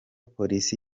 polisi